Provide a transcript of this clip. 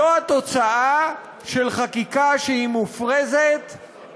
זו התוצאה של חקיקה שהיא מופרזת,